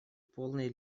полной